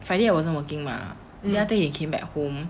friday I wasn't working mah then after he came back home